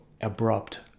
abrupt